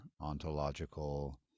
ontological